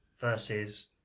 versus